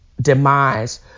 demise